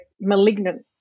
malignant